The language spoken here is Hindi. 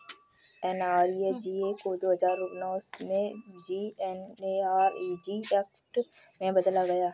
एन.आर.ई.जी.ए को दो हजार नौ में एम.जी.एन.आर.इ.जी एक्ट में बदला गया